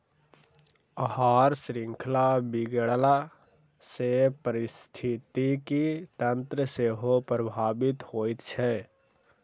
आहार शृंखला बिगड़ला सॅ पारिस्थितिकी तंत्र सेहो प्रभावित होइत छै